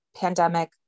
pandemic